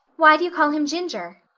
why do you call him ginger?